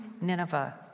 Nineveh